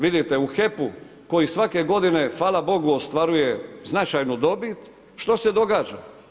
Vidite u HEP-u koji svake godine, hvala Bogu ostvaruje značajnu dobit, što se događa?